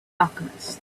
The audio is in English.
alchemist